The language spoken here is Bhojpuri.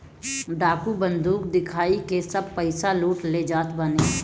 डाकू बंदूक दिखाई के सब पईसा लूट ले जात बाने